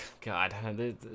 God